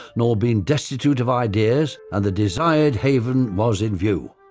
nor been destitute of ideas, and the desired haven was in view.